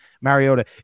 Mariota